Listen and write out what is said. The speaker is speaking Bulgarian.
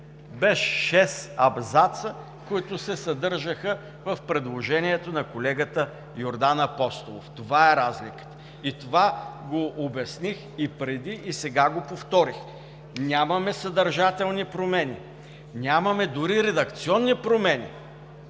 5, 6, които се съдържаха в предложението на колегата Йордан Апостолов. Това е разликата. Това го обясних преди и сега го повторих. Нямаме съдържателни промени, нямаме дори редакционни промени.